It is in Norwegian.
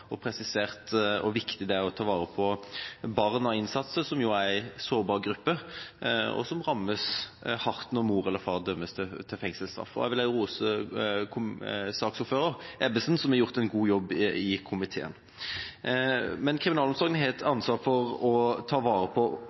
hvor viktig det er å ta vare på barn av innsatte, som er en sårbar gruppe, og som rammes hardt når mor eller far dømmes til fengselsstraff. Jeg vil også rose saksordføreren, Ebbesen, som har gjort en god jobb i komiteen. Kriminalomsorgen har ansvar for å ta vare på